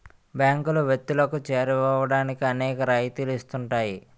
బ్యాంకులు వ్యక్తులకు చేరువవడానికి అనేక రాయితీలు ఇస్తుంటాయి